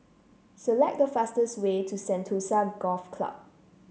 select the fastest way to Sentosa Golf Club